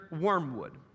Wormwood